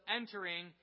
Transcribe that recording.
entering